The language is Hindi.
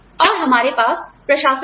और हमारे पास प्रशासक हैं